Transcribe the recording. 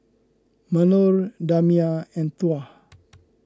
Melur Damia and Tuah